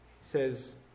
says